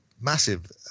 Massive